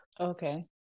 okay